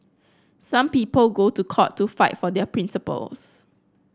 some people go to court to fight for their principles